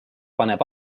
paneb